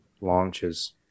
launches